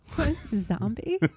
Zombie